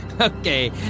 Okay